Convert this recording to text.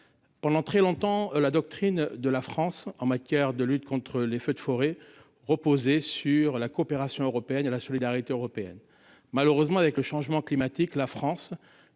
Pendant très longtemps la doctrine de la France en matière de lutte contre les feux de forêt reposé sur la coopération européenne à la solidarité européenne malheureusement avec le changement climatique. La France